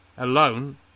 Alone